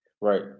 Right